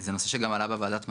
זה נושא שגם עלה בוועדת המנכ"לים,